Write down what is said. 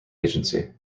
agency